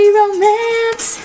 romance